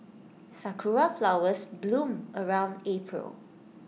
Sakura Flowers bloom around April